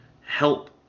help